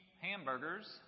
hamburgers